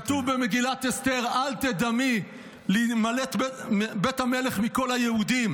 כתוב במגילת אסתר: "אל תּדמי בנפשך להִמלט בית המלך מכל היהודים